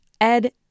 Ed